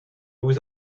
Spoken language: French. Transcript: vous